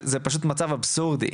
זה פשוט מצב אבסורדי.